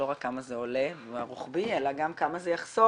לא רק כמה זה עולה ומה רוחבי אלא גם כמה זה יחסוך